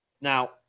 Now